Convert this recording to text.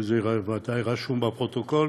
וזה בוודאי רשום בפרוטוקול,